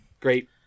great